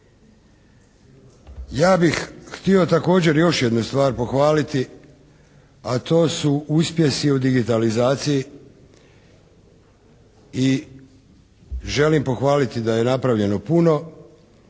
Ja bih htio također još jednu stvar pohvaliti, a to su uspjesi u digitalizaciji i želim pohvaliti da je napravljeno puno